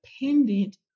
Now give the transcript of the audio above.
dependent